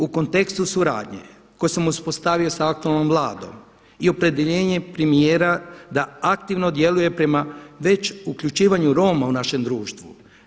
U kontekstu suradnje koju sam uspostavio sa aktualnom Vladom i opredjeljenje premijera da aktivno djeluje već uključivanju Roma u našem društvu.